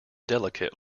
delicate